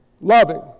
Loving